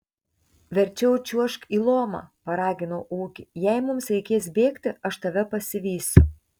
verčiau čiuožk į lomą paraginau ūkį jei mums reikės bėgti aš tave pasivysiu